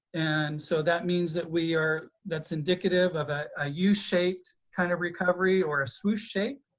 and so that means that we are, that's indicative of ah a u shaped kind of recovery or a swoosh shape.